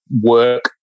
work